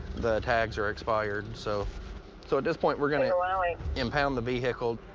the tags are expired, so so, at this point we're going to like impound the vehicle.